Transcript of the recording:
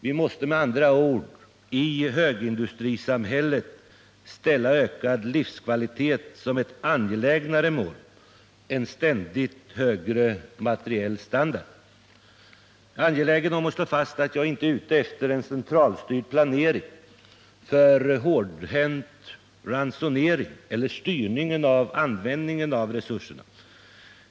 Vi måste med andra ord i högindustrisamhället ställa ökad livskvalitet som ett angelägnare mål än ständigt högre materiell standard. Jag är angelägen om att slå fast att jag inte är ute efter en centralstyrd planering för hårdhänt ransonering eller styrning av användningen av resurserna.